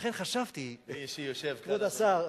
מי שיושב כאן, אדוני,